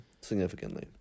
Significantly